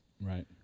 Right